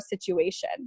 situation